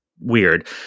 weird